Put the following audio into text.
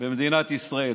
במדינת ישראל.